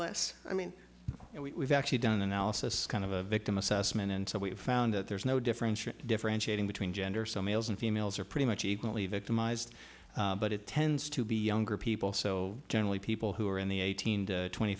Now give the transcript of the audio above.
less i mean we've actually done analysis kind of a victim assessment and so we have found that there's no differential differentiating between genders so males and females are pretty much equally victimized but it tends to be younger people so generally people who are in the eighteen to twenty